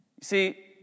See